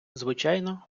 звичайно